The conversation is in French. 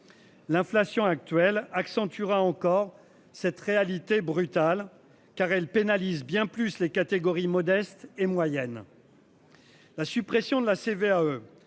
L'inflation actuelle accentuera encore cette réalité brutale car elle pénalise bien plus les catégories modestes et moyennes.-- La suppression de la CVAE,